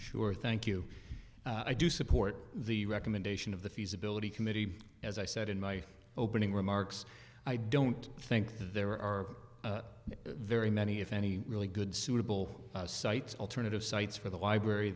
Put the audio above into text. sure thank you i do support the recommendation of the feasibility committee as i said in my opening remarks i don't think that there are very many if any really good suitable sites alternative sites for the library